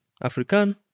African